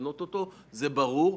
זה ברור,